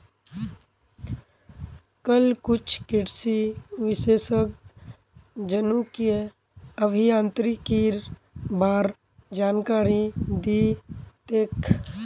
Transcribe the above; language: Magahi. कल कुछ कृषि विशेषज्ञ जनुकीय अभियांत्रिकीर बा र जानकारी दी तेक